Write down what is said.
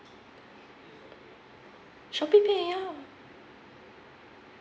Shopeepay ya